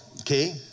okay